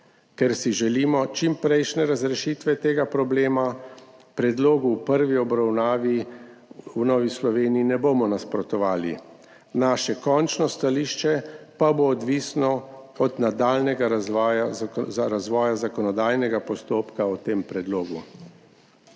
Ker si želimo čimprejšnje razrešitve tega problema, predlogu v prvi obravnavi v Novi Sloveniji ne bomo nasprotovali, naše končno stališče pa bo odvisno od nadaljnjega razvoja zakonodajnega postopka o tem predlogu.